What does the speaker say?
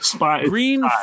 green